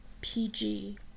PG